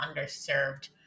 underserved